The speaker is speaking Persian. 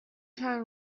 چند